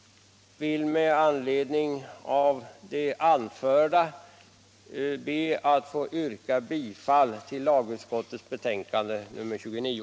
Med det anförda ber jag att få yrka bifall till hemställan i lagutskottets betänkande nr 29.